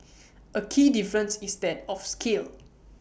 A key difference is that of scale